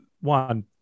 one